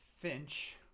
Finch